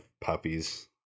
puppies